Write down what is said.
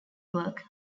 work